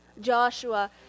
Joshua